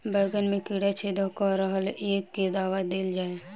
बैंगन मे कीड़ा छेद कऽ रहल एछ केँ दवा देल जाएँ?